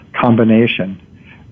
combination